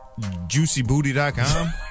Juicybooty.com